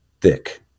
thick